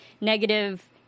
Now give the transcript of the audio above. negative